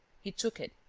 he took it,